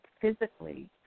physically